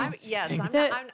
Yes